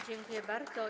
Dziękuję bardzo.